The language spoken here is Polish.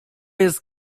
jest